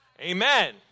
Amen